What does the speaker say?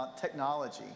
technology